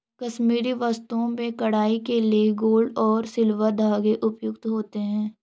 कश्मीरी वस्त्रों पर कढ़ाई के लिए गोल्ड और सिल्वर धागे प्रयुक्त होते हैं